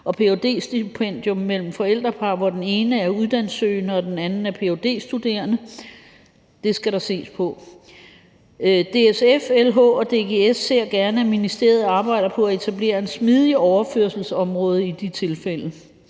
med ph.d.-stipendium mellem forældrepar, hvor den ene er uddannelsessøgende og den anden er ph.d.-studerende. Det skal der ses på. DSF, LH og DGS ser gerne, at ministeriet arbejder på at etablere et smidigt overførselsområde i de tilfælde.